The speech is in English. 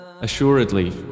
Assuredly